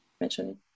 mentioning